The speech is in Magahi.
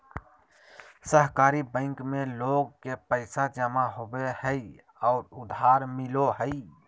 सहकारी बैंक में लोग के पैसा जमा होबो हइ और उधार मिलो हइ